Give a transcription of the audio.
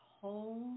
hold